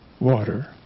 water